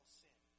sin